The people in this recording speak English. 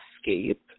escape